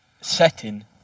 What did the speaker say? setting